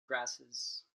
grasses